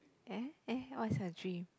eh eh what's your dream